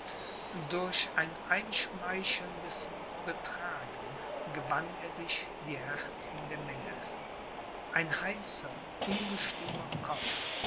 durch ein einschmeichelndes betragen gewann er sich die herzen der menge ein heißer ungestümer kopf